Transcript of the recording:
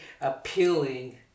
appealing